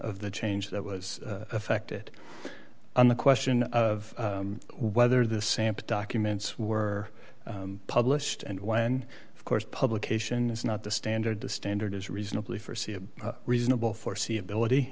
of the change that was affected and the question of whether the sample documents were published and when of course publication is not the standard the standard is reasonably forsee a reasonable foreseeability